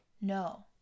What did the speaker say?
No